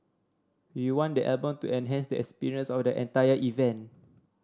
we want the album to enhance the experience of the entire event